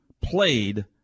played